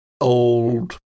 old